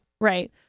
Right